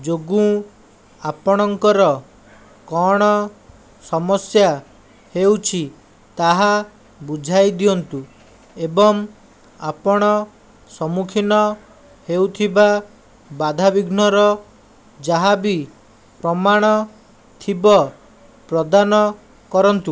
ଯୋଗୁଁ ଆପଣଙ୍କର କ'ଣ ସମସ୍ୟା ହେଉଛି ତାହା ବୁଝାଇ ଦିଅନ୍ତୁ ଏବଂ ଆପଣ ସମ୍ମୁଖୀନ ହେଉଥିବା ବାଧାବିଘ୍ନର ଯାହାବି ପ୍ରମାଣ ଥିବ ପ୍ରଦାନ କରନ୍ତୁ